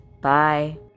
Bye